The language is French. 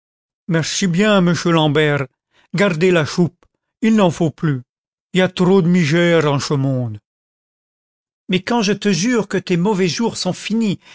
mouchu l'ambert gardez la choupe il n'en faut plus y a trop de migère en che monde mais quand je te jure que tes mauvais jours sont finis